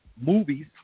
movies